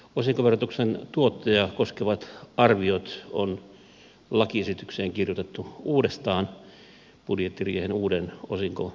osinkoverotuksen tuottoja koskevat arviot on lakiesitykseen kirjoitettu uudestaan budjettiriihen uuden osinkoveropäätöksen pohjalta